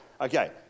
Okay